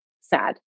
sad